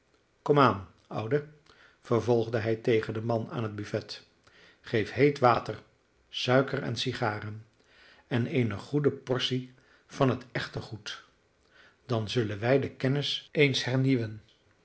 aan oude vervolgde hij tegen den man aan het buffet geef heet water suiker en sigaren en eene goede portie van het echte goed dan zullen wij de kennis eens hernieuwen